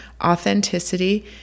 authenticity